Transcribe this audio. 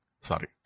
Sorry